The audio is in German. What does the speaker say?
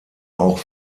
auch